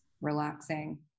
relaxing